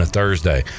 Thursday